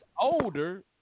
older